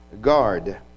guard